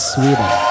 Sweden